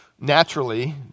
naturally